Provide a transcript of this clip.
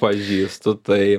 pažįstu tai